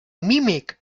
mimik